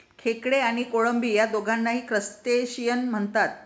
खेकडे आणि कोळंबी या दोघांनाही क्रस्टेशियन म्हणतात